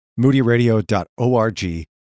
moodyradio.org